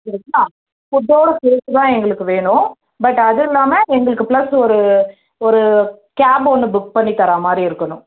சரிங்களா ஃபுட்டோடு சேர்த்துதான் எங்களுக்கு வேணும் பட் அதுவும் இல்லாமல் எங்களுக்கு ப்ளஸ் ஒரு ஒரு கேப் ஒன்று புக் பண்ணி தர்ற மாதிரி இருக்கணும்